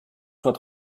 soit